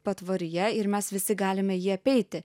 patvoryje ir mes visi galime jį apeiti